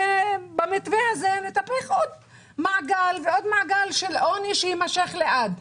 במתווה הזה נטפח בעוד מעגל ובעוד מעגל של עוני שיימשך לעד.